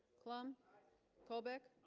plumb colbeck